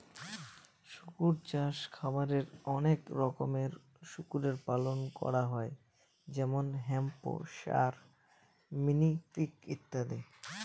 শুকর চাষে খামারে অনেক রকমের শুকরের পালন করা হয় যেমন হ্যাম্পশায়ার, মিনি পিগ ইত্যাদি